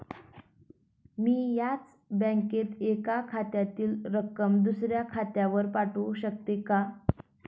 मी याच बँकेत एका खात्यातील रक्कम दुसऱ्या खात्यावर पाठवू शकते का?